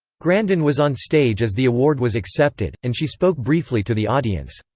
grandin was on stage as the award was accepted, and she spoke briefly to the audience.